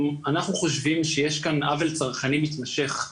חושבים שיש כאן עוול צרכני מתמשך,